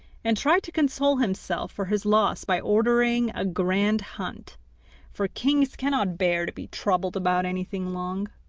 and tried to console himself for his loss by ordering a grand hunt for kings cannot bear to be troubled about anything long.